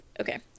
okay